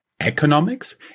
Economics